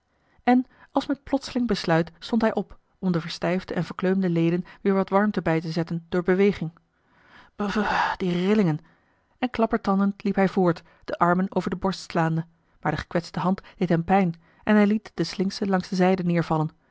en als met plotseling besluit stond hij op om de verstijfde en verkleumde leden weêr wat warmte bij te zetten door beweging brr die rillingen en klappertandend liep hij voort de armen over de borst slaande maar de gekwetste hand deed hem pijn en hij liet de slinke langs de zijde neêrvallen